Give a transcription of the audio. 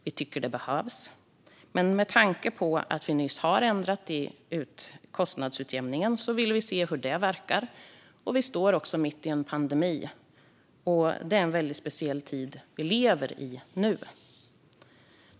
Vi tycker att den behövs, men med tanke på att vi nyligen ändrat i kostnadsutjämningen vill vi se hur det verkar. Vi står också mitt i en pandemi. Det är väldigt speciella tider vi lever i nu.